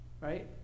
right